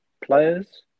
players